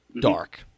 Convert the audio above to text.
Dark